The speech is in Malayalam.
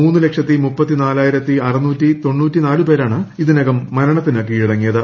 മൂന്നു ലക്ഷത്തി മുപ്പത്തി നാലായിരത്തി അറുന്നൂറ്റി തൊണ്ണൂറ്റി നാല് പേരാണ് ഇതിനകം മരണത്തിന് കീഴടങ്ങിയത്